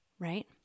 right